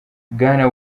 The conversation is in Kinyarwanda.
bwana